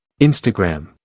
Instagram